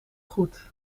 goed